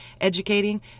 educating